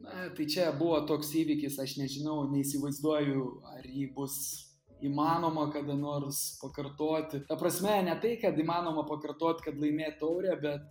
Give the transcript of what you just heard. na tai čia buvo toks įvykis aš nežinau neįsivaizduoju ar jį bus įmanoma kada nors pakartoti ta prasme ne tai kad įmanoma pakartot kad laimėt taurę bet